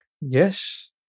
Yes